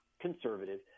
conservative